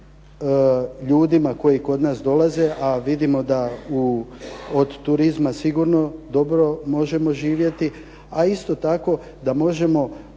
ljudi koji kod nas dolaze, a vidimo da od turizma sigurno dobro možemo živjeti, a isto tako da možemo,